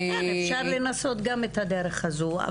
אפשר לנסות גם את הדרך הזו.